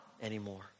anymore